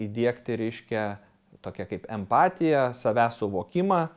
įdiegti reiškia tokia kaip empatiją savęs suvokimą